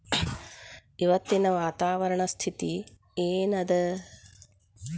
ಇವತ್ತಿನ ವಾತಾವರಣ ಸ್ಥಿತಿ ಏನ್ ಅದ?